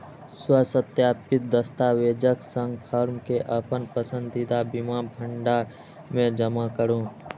स्वसत्यापित दस्तावेजक संग फॉर्म कें अपन पसंदीदा बीमा भंडार मे जमा करू